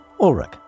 Ulrich